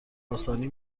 آسانی